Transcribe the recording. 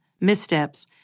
missteps